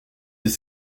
des